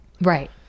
Right